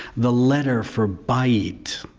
the letter for bight,